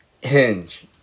Hinge